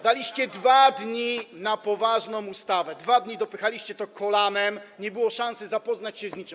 Daliście 2 dni na poważną ustawę, 2 dni dopychaliście to kolanem, nie było szansy zapoznać się z niczym.